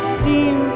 seem